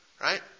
right